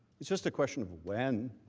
it's just a question of when.